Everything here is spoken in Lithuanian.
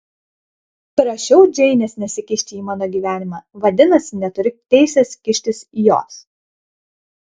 prašiau džeinės nesikišti į mano gyvenimą vadinasi neturiu teisės kištis į jos